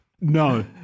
No